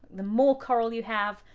the more coral you have,